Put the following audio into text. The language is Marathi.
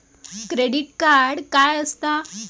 क्रेडिट कार्ड काय असता?